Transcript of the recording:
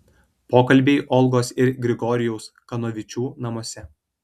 pokalbiai olgos ir grigorijaus kanovičių namuose